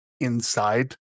inside